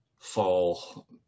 fall